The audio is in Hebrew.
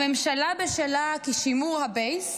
הממשלה בשלה, כי שימור הבייס